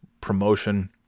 promotion